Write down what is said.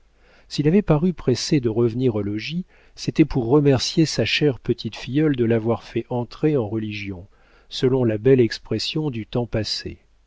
s'il avait paru pressé de revenir au logis c'était pour remercier sa chère petite filleule de l'avoir fait entrer en religion selon la belle expression du temps passé